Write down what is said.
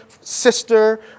sister